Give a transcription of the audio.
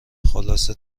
خلاصه